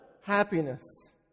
happiness